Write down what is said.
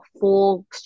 full